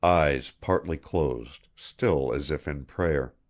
eyes partly closed, still as if in prayer.